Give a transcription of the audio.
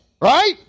Right